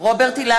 (קוראת בשמות חברי הכנסת) רוברט אילטוב,